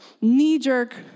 knee-jerk